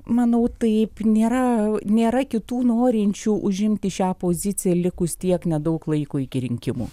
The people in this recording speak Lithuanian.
manau taip nėra nėra kitų norinčių užimti šią poziciją likus tiek nedaug laiko iki rinkimų